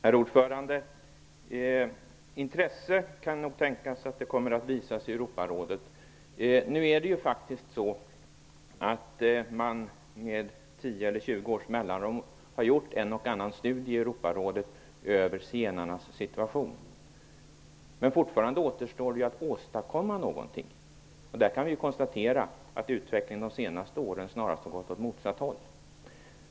Herr talman! Det kan nog tänkas att det kommer att visas intresse i Europarådet. Med 10 eller 20 års mellanrum har man i Europarådet gjort en och annan studie av zigenarnas situation. Men det återstår fortfarande att åstadkomma någonting. Vi kan konstatera att utvecklingen de senaste åren snarast har gått åt motsatt håll.